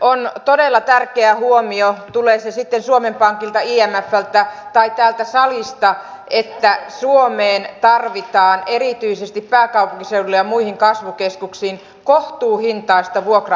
on todella tärkeä huomio tulee se sitten suomen pankilta imfltä tai täältä salista että suomeen tarvitaan erityisesti pääkaupunkiseudulle ja muihin kasvukeskuksiin kohtuuhintaista vuokra asuntotuotantoa